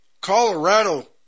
Colorado